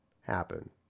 happen